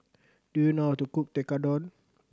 do you know how to cook Tekkadon